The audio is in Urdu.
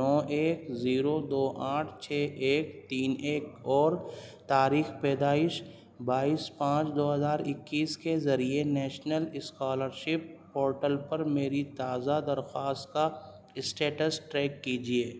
نو ایک زیرو دو آٹھ چھ ایک تین ایک اور تاریخ پیدائش بائیس پانچ دو ہزار اکیس کے ذریعے نیشنل اسکالرشپ پورٹل پر میری تازہ درخواست کا اسٹیٹس ٹریک کیجیے